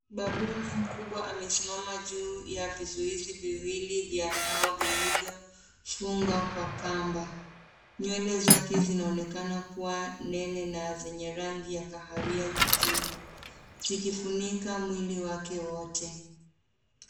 Babuni mkubwa amesimama juu ya vizuizi viwili vya mbao vilivyofungwa kwa kamba. Nywele zake zinaonekana kuwa nene na zenye rangi ya kahawia kijivu zikifunika mwili wake wote.